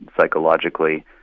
psychologically